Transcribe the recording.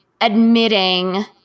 admitting